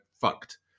fucked